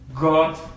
God